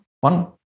one